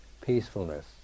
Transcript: peacefulness